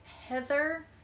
Heather